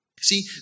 see